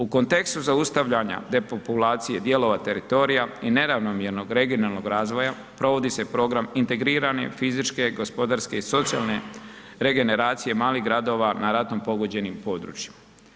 U kontekstu za ustavljanja depopulacije dijelova teritorija i neravnomjernog regionalnog razvoja provodi se program integrirane fizičke, gospodarske i socijalne regeneracije malih gradova na ratom pogođenim područjima.